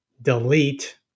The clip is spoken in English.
delete